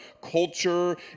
culture